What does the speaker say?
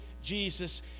jesus